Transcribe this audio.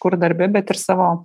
kur darbe bet ir savo